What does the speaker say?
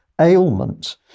ailment